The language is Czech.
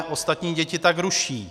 Ostatní děti tak ruší.